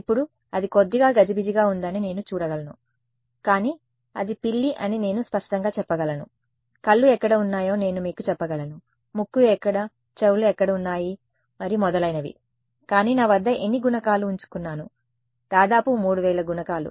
ఇప్పుడు అది కొద్దిగా గజిబిజిగా ఉందని నేను చూడగలను కానీ అది పిల్లి అని నేను స్పష్టంగా చెప్పగలను కళ్ళు ఎక్కడ ఉన్నాయో నేను మీకు చెప్పగలను ముక్కు ఎక్కడ చెవులు ఎక్కడ ఉన్నాయి మరియు మొదలైనవి కానీ నా వద్ద ఎన్ని గుణకాలు ఉంచుకున్నాను దాదాపు 3000 గుణకాలు